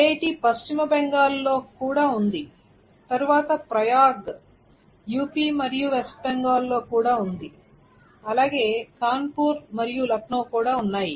IIT పశ్చిమ Bengal state లో కూడా ఉంది తరువాత ప్రయాగ్ యుపి మరియు WB లో కూడా ఉంది అలాగే కాన్పూర్ మరియు లక్నో కూడా ఉన్నాయి